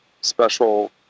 special